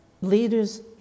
leaders